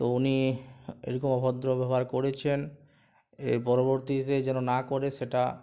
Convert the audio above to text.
তো উনি এরকম অভদ্র ব্যবহার করেছেন এর পরবর্তীতে যেন না করে সেটা